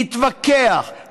להתווכח,